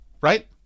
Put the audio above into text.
Right